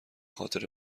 خاطر